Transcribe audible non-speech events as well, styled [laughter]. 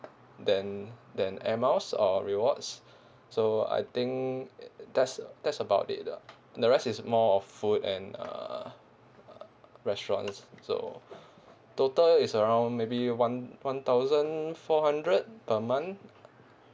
than than air miles or rewards [breath] so I think that's that's about it ah the rest is more of food and uh restaurants so [breath] total is around maybe one one thousand four hundred per month